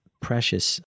precious